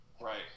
Right